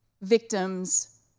victims